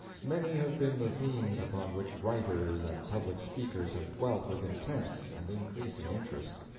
many have been the themes upon which writers and public speakers have dwelt with intense and increasing interest.